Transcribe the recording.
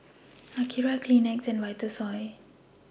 Akira Kleenex and Vitasoy